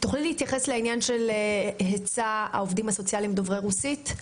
תוכלי להתייחס לעניין ההיצע של עובדים סוציאליים דוברי רוסית?